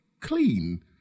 clean